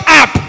up